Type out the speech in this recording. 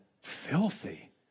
filthy